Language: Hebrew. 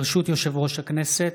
ברשות יושב-ראש הכנסת,